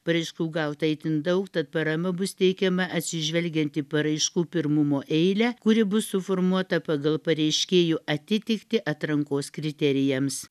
paraiškų gauta itin daug tad parama bus teikiama atsižvelgiant į paraiškų pirmumo eilę kuri bus suformuota pagal pareiškėjų atitiktį atrankos kriterijams